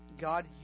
God